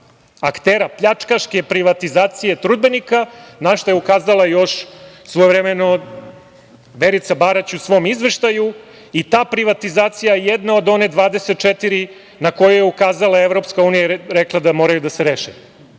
aktera pljačkaške privatizacije „Trudbenika“, našta je ukazala još svojevremeno Verica Barać u svom izveštaju i ta privatizacija jedan od onih 24, na koje je ukazala EU, rekla je da moraju da se